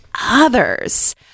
others